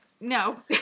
No